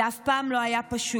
זה אף פעם לא היה פשוט,